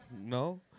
No